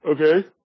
Okay